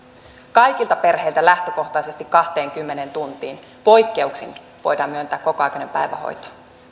kaikilta perheiltä lähtökohtaisesti kahteenkymmeneen tuntiin poikkeuksena voidaan myöntää kokoaikainen päivähoito